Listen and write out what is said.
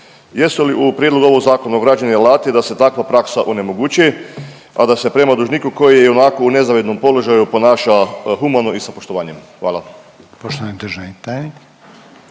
Jesu li u prijedlogu novog zakona ugrađeni alati da se takva praksa onemogući, a da se prema dužniku koji je ionako u nezavidnom položaju ponaša humano i sa poštovanjem. Hvala.